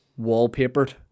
wallpapered